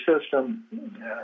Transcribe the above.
system